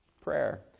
Prayer